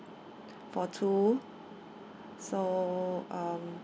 for two so um